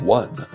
one